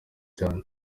cane